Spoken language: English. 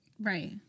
Right